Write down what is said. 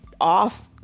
off